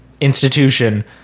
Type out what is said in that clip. institution